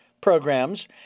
programs